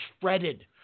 shredded